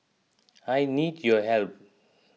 I need your help